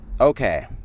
Okay